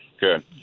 good